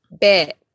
bit